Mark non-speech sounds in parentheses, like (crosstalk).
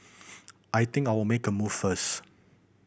(noise) I think I'll make a move first